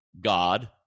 God